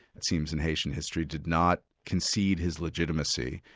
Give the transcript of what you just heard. it seems in haitian history, did not concede his legitimacy,